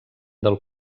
del